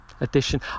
Edition